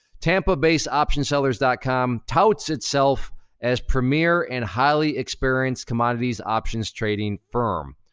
tampa bay's optionsellers dot com touts itself as premiere and highly experienced commodities options trading firm.